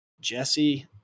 Jesse